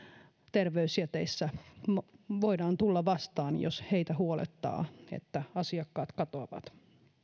terveysjäteissä voidaan tulla vastaan jos heitä huolettaa että asiakkaat katoavat